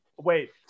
wait